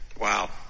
Wow